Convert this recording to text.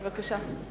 בבקשה.